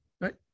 Right